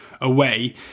away